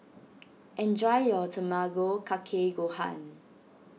enjoy your Tamago Kake Gohan